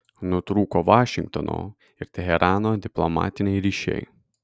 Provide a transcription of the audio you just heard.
nutrūko vašingtono ir teherano diplomatiniai ryšiai